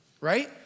right